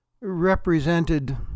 represented